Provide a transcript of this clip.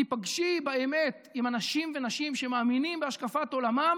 תיפגשי באמת עם אנשים ונשים שמאמינים בהשקפת עולמם